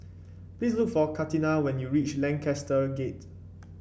please look for Katina when you reach Lancaster Gate